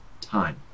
time